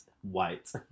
white